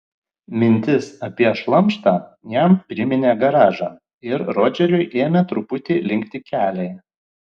mintis apie šlamštą jam priminė garažą ir rodžeriui ėmė truputį linkti keliai